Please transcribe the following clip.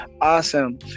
awesome